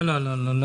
לא, לא.